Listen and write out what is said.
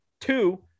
Two